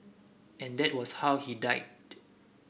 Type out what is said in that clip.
and that was how he died